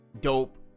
dope